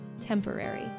temporary